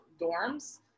dorms